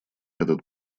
этот